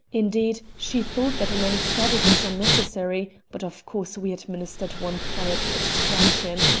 indeed, she thought that an anaesthetic was unnecessary, but of course we administered one prior to extraction,